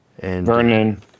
Vernon